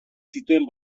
zituen